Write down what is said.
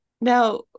Now